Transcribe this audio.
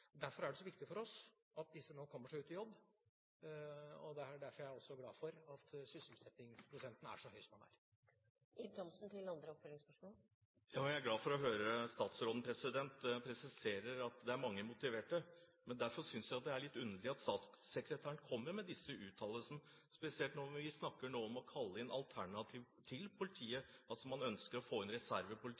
Derfor er det så viktig for oss at disse nå kommer seg ut i jobb, og det er også derfor jeg er glad for at sysselsettingsprosenten er så høy som den er. Jeg er glad for å høre statsråden presisere at det er mange motiverte studenter, men derfor synes jeg det er litt underlig at statssekretæren kommer med disse uttalelsene, og spesielt når vi nå snakker om å kalle inn alternativer til politiet – man ønsker å få inn